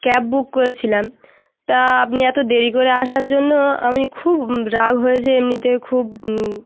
cab book করেছিলাম তা আপনি এত দেরি করে আসার জন্য আমি খুব রাগ হয়েছে এমনিতে খুব